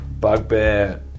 bugbear